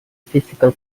physical